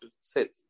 sit